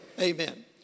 Amen